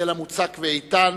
סלע מוצק ואיתן